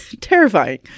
terrifying